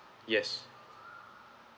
yes